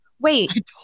Wait